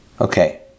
Okay